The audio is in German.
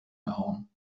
gehauen